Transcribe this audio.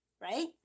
right